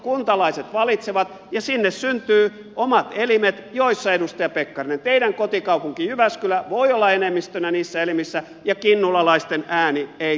kuntalaiset valitsevat ja sinne syntyvät omat elimet joissa edustaja pekkarinen teidän kotikaupunkinne jyväskylä voi olla enemmistönä ja kinnulalaisten ääni ei kuulu lainkaan